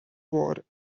wore